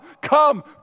come